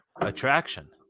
attraction